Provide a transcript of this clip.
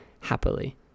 happily